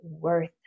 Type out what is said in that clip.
worth